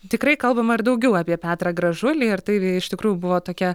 tikrai kalbama ir daugiau apie petrą gražulį ir tai iš tikrųjų buvo tokia